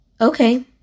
okay